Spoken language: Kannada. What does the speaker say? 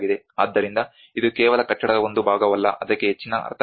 ಆದ್ದರಿಂದ ಇದು ಕೇವಲ ಕಟ್ಟಡದ ಒಂದು ಭಾಗವಲ್ಲ ಅದಕ್ಕೆ ಹೆಚ್ಚಿನ ಅರ್ಥಗಳಿವೆ